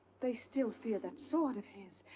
they still fear that sword of his.